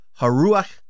Haruach